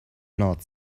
not